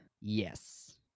Yes